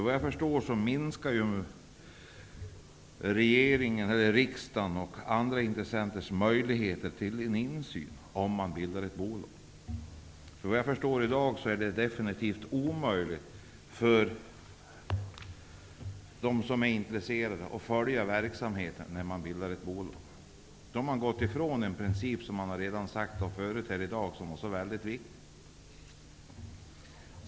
Vad jag förstår minskar ju riksdagens och andra intressenters möjligheter till insyn om man bildar ett bolag. I dag är det definitivt omöjligt för dem som är intresserade att följa verksamheten när det bildas ett bolag. Då har man gått ifrån en princip som man tidigare i dag har sagt var så väldigt viktig.